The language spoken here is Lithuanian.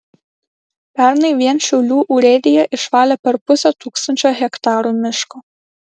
pernai vien šiaulių urėdija išvalė per pusę tūkstančio hektarų miško